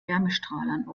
wärmestrahlern